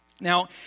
Now